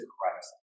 Christ